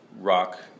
rock